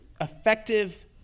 effective